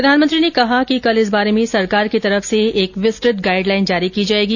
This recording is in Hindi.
प्रधानमंत्री ने कहा कि कल इस बारे में सरकार की तरफ से एक विस्तृत गाईडलाईन जारी की जायेगी